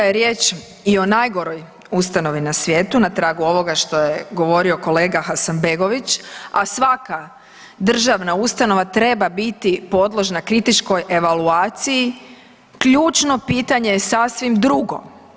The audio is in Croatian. Sve da je riječ i o najgoroj ustanovi na svijetu na tragu ovoga što je govorio kolega Hasanbegović, a svaka državna ustanova treba biti podložna kritičkoj evaluaciji ključno pitanje je sasvim drugo.